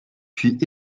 puis